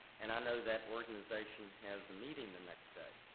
and i know that organization has a meeting the next day.